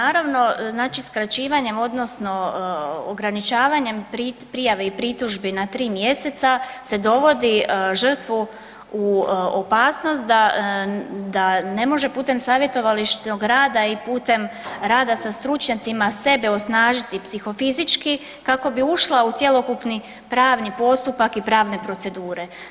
Pa naravno, znači skraćivanjem odnosno ograničavanjem prijave i pritužbi na 3 mj. se dovodi žrtvu u opasnost da ne može putem savjetovališnog rada i putem rada sa stručnjacima sebe osnažiti psihofizički kako bi ušla u cjelokupni pravni postupak i pravne procedure.